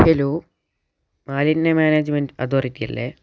hello മാലിന്യ management authority അല്ലേ